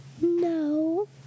No